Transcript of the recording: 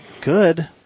good